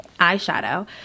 eyeshadow